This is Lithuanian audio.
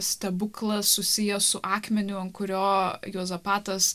stebuklas susijęs su akmeniu ant kurio juozapatas